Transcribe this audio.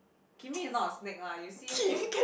Kimmy is not a snake lah you see she